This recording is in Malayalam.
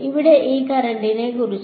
ഇവിടെ ഈ കറന്റിനെക്കുറിച്ച്